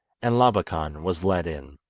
and labakan was led in.